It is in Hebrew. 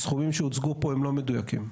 הסכומים שהוצגו פה הם לא מדויקים.